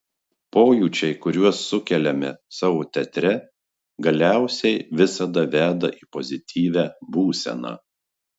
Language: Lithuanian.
pojūčiai kuriuos sukeliame savo teatre galiausiai visada veda į pozityvią būseną